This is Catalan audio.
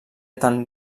tan